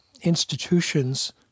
institutions